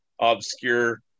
obscure